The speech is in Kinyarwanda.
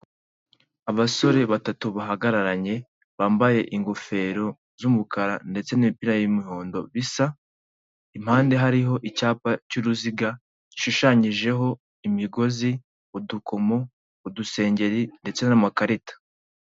Abasore batatu bahagararanye, bambaye ingofero z'umukara ndetse n'imipira y'imihondo bisa, impande hariho icyapa cy'uruziga gishushanyijeho imigozi, udukomo, udusengeri ndetse n'amakarita.